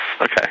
Okay